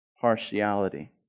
partiality